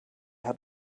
hat